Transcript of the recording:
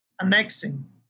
annexing